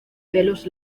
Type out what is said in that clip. pelos